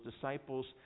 disciples